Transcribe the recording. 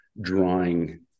drawing